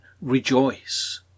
rejoice